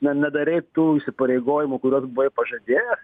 na nedarei tų įsipareigojimų kuriuos buvai pažadėjęs